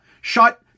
Shut